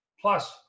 Plus